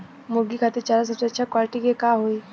मुर्गी खातिर चारा सबसे अच्छा क्वालिटी के का होई?